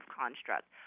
construct